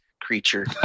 creature